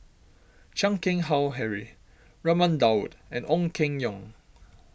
Chan Keng Howe Harry Raman Daud and Ong Keng Yong